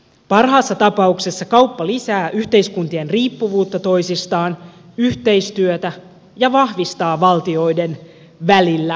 parhaassa tapauksessa kauppa lisää yhteiskuntien riippuvuutta toisistaan yhteistyötä ja vahvistaa vakautta valtioiden välillä